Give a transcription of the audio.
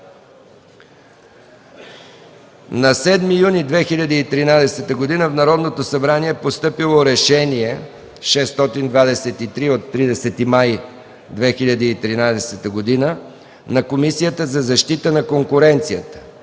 На 7 юни 2013 г. в Народното събрание е постъпило Решение № 623 от 30 май 2013 г. на Комисията за защита на конкуренцията,